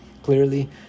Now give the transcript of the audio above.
Clearly